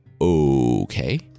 Okay